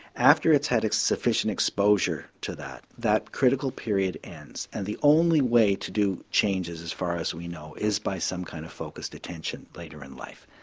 after it's had sufficient exposure to that, that critical period ends and the only way to do changes as far as we know is by some kind of focused attention later in life.